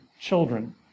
children